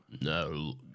no